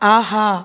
ஆஹா